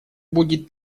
будет